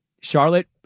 Charlotte